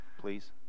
please